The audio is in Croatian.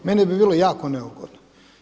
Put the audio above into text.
Meni bi bilo jako neugodno.